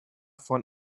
von